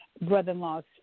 brother-in-law's